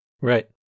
Right